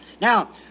Now